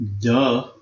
Duh